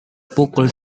pukul